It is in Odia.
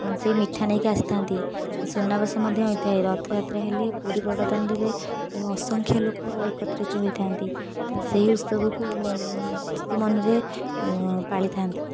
ସେ ମିଠା ନେଇକି ଆସିଥାନ୍ତି ସୁନାବେଶ ମଧ୍ୟ ହେଇଥାଏ ରଥଯାତ୍ରା ହେଲେ ପୁରୀ ବଡ଼ ଦାଣ୍ଡରେ ଅସଂଖ୍ୟ ଲୋକ ଏକତ୍ରିତ ହୋଇଥାନ୍ତି ତ ସେଇ ଉତ୍ସବକୁ ମୁଁ ଖୁସି ମନରେ ପାଳିଥାନ୍ତି